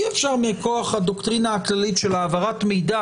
אי-אפשר מכוח הדוקטרינה הכללית של העברת מידע